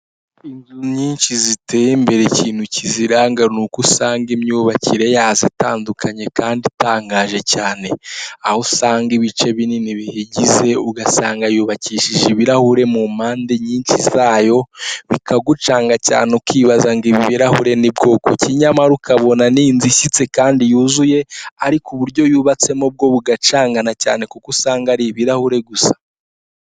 Inzu nyinshi ziteye imbere ikintu kiziranga ni uko usanga imyubakire yazo itandukanye kandi itangaje cyane, aho usanga ibice binini biyigize ugasanga yubakishije ibirahuri mu mpande nyinshi zayo bikagucanga cyane ukibaza ngo ibi birarahure ni bwoko ki? nyamara ukabona ni inzu ishyitse kandi yuzuye ariko uburyo yubatsemo bwo bugacangana cyane kuko usanga ari ibirahure gusa.